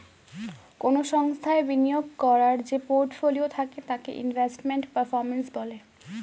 কোন সংস্থায় বিনিয়োগ করার যে পোর্টফোলিও থাকে তাকে ইনভেস্টমেন্ট পারফর্ম্যান্স বলে